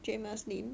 jamus lim